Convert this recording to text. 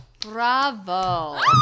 Bravo